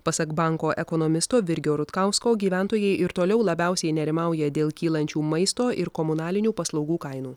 pasak banko ekonomisto virgio rutkausko gyventojai ir toliau labiausiai nerimauja dėl kylančių maisto ir komunalinių paslaugų kainų